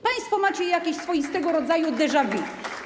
Państwo macie jakieś swoistego rodzaju déja vu.